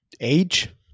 Age